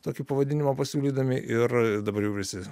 tokį pavadinimą pasiūlydami ir dabar jau visi